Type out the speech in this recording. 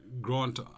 Grant